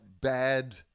bad